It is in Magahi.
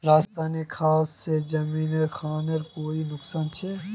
रासायनिक खाद से जमीन खानेर कोई नुकसान छे?